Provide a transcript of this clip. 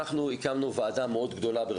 הקמנו ועדה גדולה מאוד,